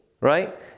right